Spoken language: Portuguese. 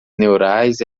neurais